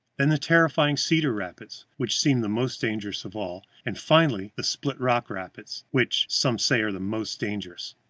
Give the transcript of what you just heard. then the terrifying cedar rapids, which seem the most dangerous of all, and finally, the split-rock rapids, which some say are the most dangerous.